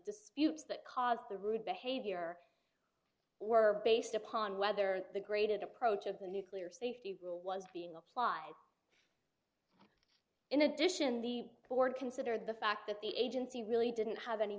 disputes that caused the rude behavior were based upon whether the graded approach of the nuclear safety rule was being applied in addition the board considered the fact that the agency really didn't have any